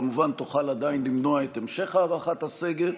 כמובן תוכל עדיין למנוע את המשך הארכת הסגר.